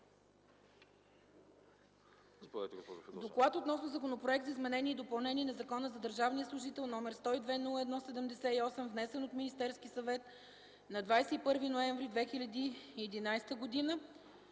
„Доклад относно Законопроект за изменение и допълнение на Закона за държавния служител, № 102-01-78, внесен от Министерския съвет на 21 ноември 2011 г.,